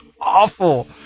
awful